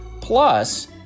Plus